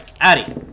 Addy